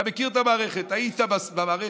אתה מכיר את המערכת, היית במערכת,